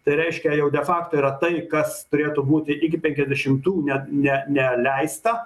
tai reiškia jau de fakto yra tai kas turėtų būti iki penkiasdešimtų net ne neleista